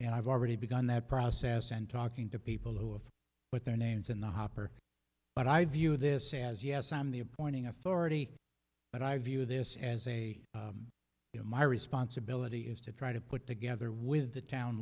and i've already begun that process and talking to people who have put their names in the hopper but i view this as yes i'm the appointing authority but i view this as a my responsibility is to try to put together with the town